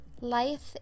life